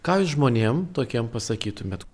ką jūs žmonėm tokiem pasakytumėt